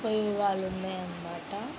ఉపయోగాలు ఉన్నాయన్నమాట